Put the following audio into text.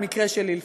במקרה שלי לפחות,